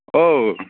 ꯑꯣ